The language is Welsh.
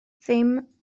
ddim